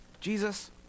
Jesus